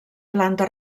planta